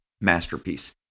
masterpiece